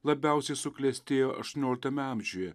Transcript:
labiausiai suklestėjo aštuonioliktame amžiuje